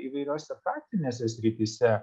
įvairiose praktinėse srityse